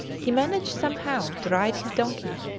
he managed somehow to ride his donkey,